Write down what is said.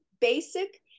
basic